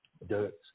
de